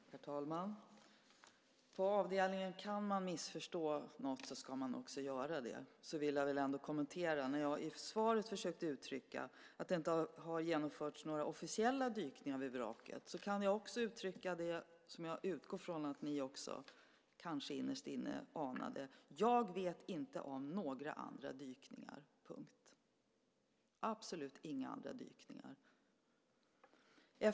Herr talman! Här har vi avdelningen kan man missförstå något ska man också göra det. Jag försökte i svaret uttrycka att det inte har genomförts några officiella dykningar vid vraket. Jag kan också uttrycka det som jag utgår från att ni kanske innerst inne också anar: Jag vet inte om några andra dykningar, punkt - absolut inga andra dykningar.